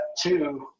two